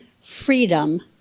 freedom